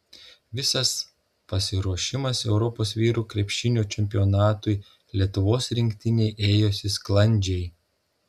visas pasiruošimas europos vyrų krepšinio čempionatui lietuvos rinktinei ėjosi sklandžiai